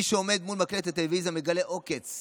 מי שעומד מול מקלט הטלוויזיה מגלה עוקץ.